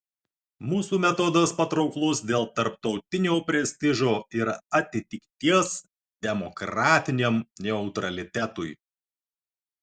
mūsų metodas patrauklus dėl tarptautinio prestižo ir atitikties demokratiniam neutralitetui